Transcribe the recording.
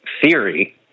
theory